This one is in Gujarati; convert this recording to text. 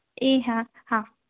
એ હા હા